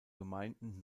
gemeinden